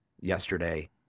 yesterday